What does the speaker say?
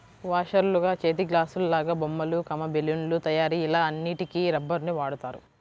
వాషర్లుగా, చేతిగ్లాసులాగా, బొమ్మలు, బెలూన్ల తయారీ ఇలా అన్నిటికి రబ్బరుని వాడుతారు